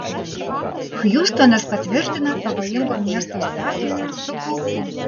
hjustonas patvirtina pavojingo miesto statusą su kaupu